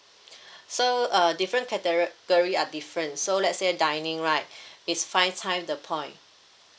so uh different category are different so let's say dining right it's five time the point